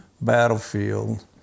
battlefield